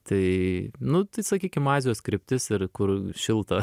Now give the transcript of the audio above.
tai nu tai sakykim azijos kryptis ir kur šilta